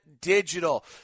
Digital